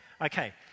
Okay